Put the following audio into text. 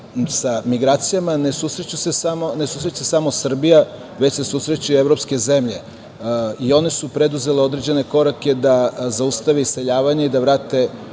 sa migracijama ne susreće se samo Srbija, već se susreće evropske zemlje i one su preuzele određene korake da zaustavi iseljavanje i da vrate